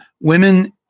women